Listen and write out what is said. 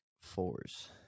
fours